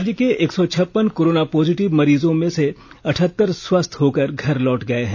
राज्य के एक सौ छप्पन कोरोना पॉजिटिव मरीजों में से अठहत्तर स्वस्थ होकर घर लौट गए हैं